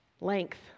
length